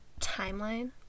timeline